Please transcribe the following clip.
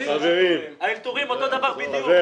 האלתורים אותו דבר בדיוק.